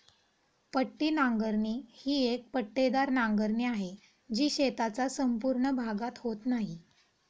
पट्टी नांगरणी ही एक पट्टेदार नांगरणी आहे, जी शेताचा संपूर्ण भागात होत नाही